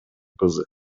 кызы